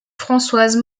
françoise